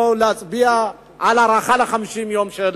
להצביע על הארכה של חוק ב-50 יום.